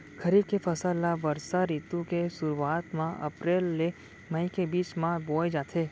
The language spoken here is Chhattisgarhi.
खरीफ के फसल ला बरसा रितु के सुरुवात मा अप्रेल ले मई के बीच मा बोए जाथे